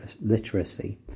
literacy